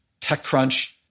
TechCrunch